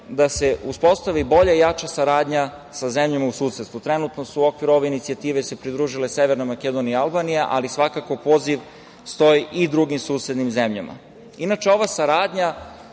da se uspostavi bolja i jača saradnja sa zemljama u susedstvu. Trenutno su se u okviru ove inicijative pridružile Severna Makedonija i Albanija, ali svakako poziv stoji i drugim susednim zemljama. Inače, ova saradnja